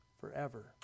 forever